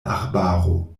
arbaro